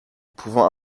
pouvant